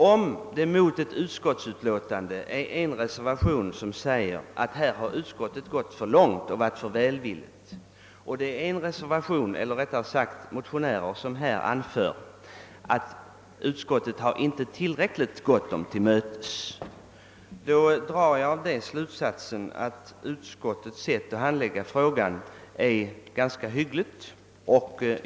Om det till ett utskottsutlåtande finns fogad en reservation vari sägs att utskottet har gått för långt och varit för välvilligt och en av motionärerna sedan anför, att utskottet inte tillräckligt långt har gått dem till mötes, drar jag därav slutsatsen att utskottets sätt att handlägga frågan är ganska hyggligt.